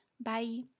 bye